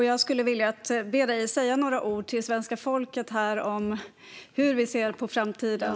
Jag skulle vilja be dig säga några ord till svenska folket om hur vi ser på framtiden.